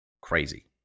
Crazy